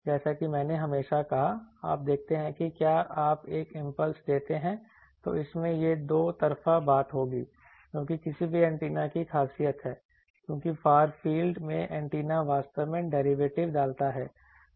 जैसा कि मैंने हमेशा कहा आप देखते हैं कि क्या आप एक इंपल्स देते हैं तो इसमें यह दो तरफा बात होगी जो कि किसी भी एंटीना की खासियत है क्योंकि फार फील्ड में एंटीना वास्तव में डेरिवेटिव डालता है